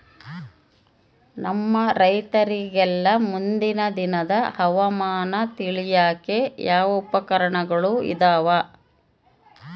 ನಮ್ಮ ರೈತರಿಗೆಲ್ಲಾ ಮುಂದಿನ ದಿನದ ಹವಾಮಾನ ತಿಳಿಯಾಕ ಯಾವ ಉಪಕರಣಗಳು ಇದಾವ?